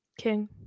King